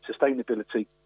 sustainability